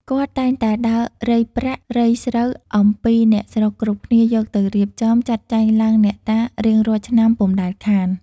គាត់តែងតែដើររៃប្រាក់ រៃស្រូវអំពីអ្នកស្រុកគ្រប់គ្នា យកទៅរៀបចំ ចាត់ចែងឡើងអ្នកតារៀងរាល់ឆ្នាំពុំដែលខាន ។